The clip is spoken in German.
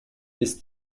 ist